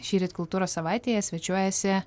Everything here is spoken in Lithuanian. šįryt kultūros savaitėje svečiuojasi